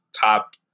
top